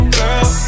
girl